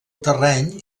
terreny